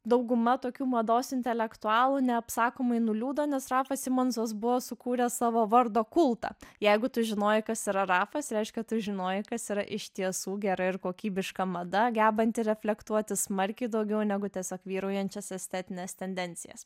dauguma tokių mados intelektualų neapsakomai nuliūdo nes rafas simonsas buvo sukūręs savo vardo kultą jeigu tu žinojai kas yra rafas reiškia tu žinojai kas yra iš tiesų gera ir kokybiška mada gebanti reflektuoti smarkiai daugiau negu tiesiog vyraujančias estetines tendencijas